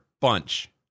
bunch